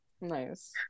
nice